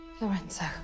Lorenzo